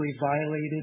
violated